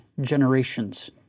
generations